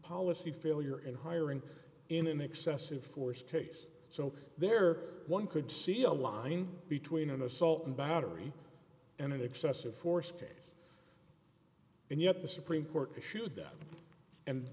policy failure in hiring in an excessive force case so there one could see a line between an assault and battery and an excessive force case and yet the supreme court issued that and